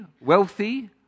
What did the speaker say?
wealthy